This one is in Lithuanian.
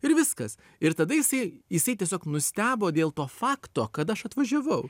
ir viskas ir tada jisai jisai tiesiog nustebo dėl to fakto kad aš atvažiavau